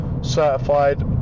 certified